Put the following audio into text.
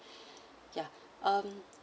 yeah um